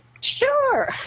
sure